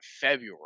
February